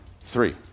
three